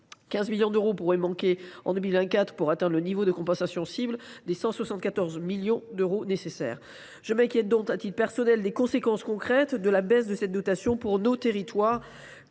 15 millions d’euros pourrait manquer en 2024 pour atteindre le niveau de compensation cible de 174 millions d’euros nécessaires. Je m’inquiète, à titre personnel, des conséquences concrètes de la baisse de cette dotation pour nos territoires.